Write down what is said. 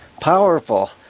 powerful